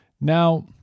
Now